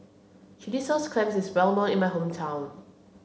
Chilli Sauce Clams is well known in my hometown